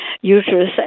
uterus